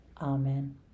Amen